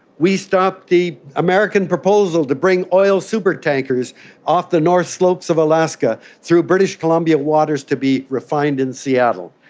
we stopped the american proposal to bring oil supertankers off the north slopes of alaska through british columbian waters to be refined in seattle.